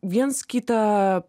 viens kitą